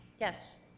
Yes